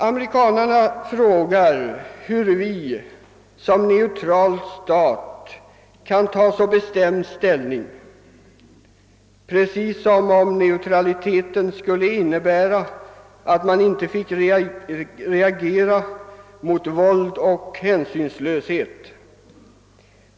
Amerikanerna frågar hur Sverige som neutral stat kan ta så bestämd ställning, precis som om neutraliteten skulle innebära att man inte fick reagera mot våld och hänsynslöshet.